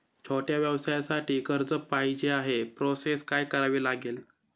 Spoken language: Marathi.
छोट्या व्यवसायासाठी कर्ज पाहिजे आहे प्रोसेस काय करावी लागेल?